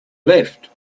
left